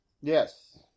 Yes